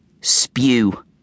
Spew